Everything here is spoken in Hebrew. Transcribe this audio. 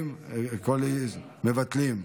מבטלים.